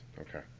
Okay